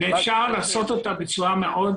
-- ואפשר לעשות אותה בצורה מאוד,